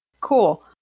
Cool